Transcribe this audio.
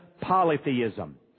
polytheism